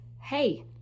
hey